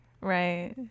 right